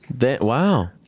wow